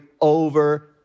over